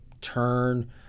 turn –